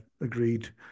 agreed